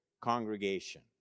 congregation